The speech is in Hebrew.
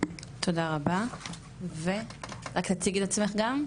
תודה רבה ורק תציגי את עצמך גם.